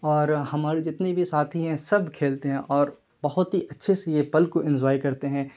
اور ہمارے جتنے بھی ساتھی ہیں سب کھیلتے ہیں اور بہت ہی اچھے سے یہ پل کو انزوائے کرتے ہیں